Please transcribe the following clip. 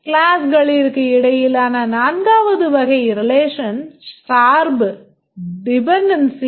classகளிற்கு இடையிலான நான்காவது வகை relation சார்பு